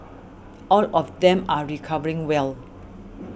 all of them are recovering well